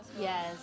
Yes